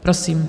Prosím.